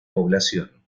población